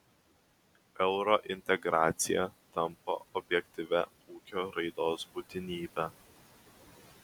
eurointegracija tampa objektyvia ūkio raidos būtinybe